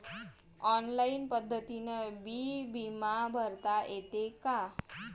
Online पद्धतीनं बी बिमा भरता येते का?